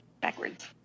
backwards